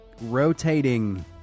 rotating